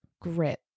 Grit